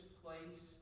place